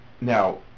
Now